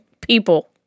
People